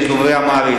יש דוברי אמהרית,